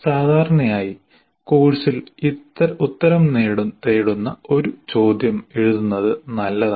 സാധാരണയായി കോഴ്സിൽ ഉത്തരം തേടുന്ന ഒരു ചോദ്യം എഴുതുന്നത് നല്ലതാണ്